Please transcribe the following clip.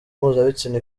mpuzabitsina